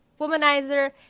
womanizer